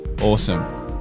awesome